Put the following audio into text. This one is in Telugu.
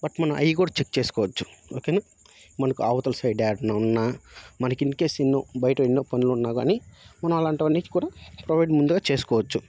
బట్ మనం అయ్యి కూడా చెక్ చేసుకోవచ్చు ఓకేనా మనకు అవతల సైడ్ యాడ్నో ఉన్నా మనకి ఇన్ కేేస్ ఎన్నో బయట ఎన్నో పనులు ఉన్నా గానీ మనం అలాంటివన్నీ కూడా ప్రొవైడ్ ముందుగా చేసుకోవచ్చు